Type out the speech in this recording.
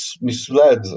misled